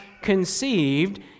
conceived